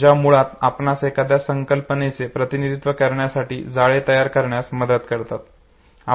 ज्या मुळात आपणास एखाद्या संकल्पनेचे प्रतिनिधित्व करण्यासाठी जाळे तयार करण्यास मदत करतात